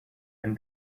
and